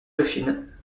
dauphine